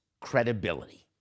credibility